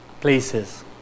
places